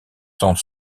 sont